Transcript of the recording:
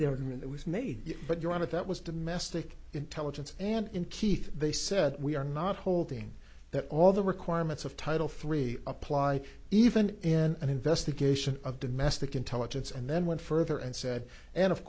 made but you want it that was domestic intelligence and in keith they said we are not holding that all the requirements of title three apply even in an investigation of domestic intelligence and then went further and said and of